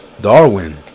darwin